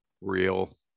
real